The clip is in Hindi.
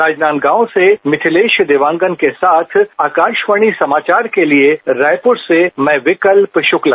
राजनांदगांव से मिथिलेश देवांगन के साथ आकाशवाणी समाचार के लिए रायपुर से मैं विकल्प शुक्ला